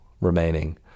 remaining